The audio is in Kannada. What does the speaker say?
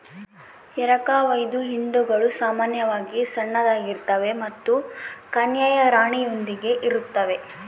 ಎರಕಹೊಯ್ದ ಹಿಂಡುಗಳು ಸಾಮಾನ್ಯವಾಗಿ ಸಣ್ಣದಾಗಿರ್ತವೆ ಮತ್ತು ಕನ್ಯೆಯ ರಾಣಿಯೊಂದಿಗೆ ಇರುತ್ತವೆ